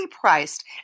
priced